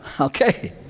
Okay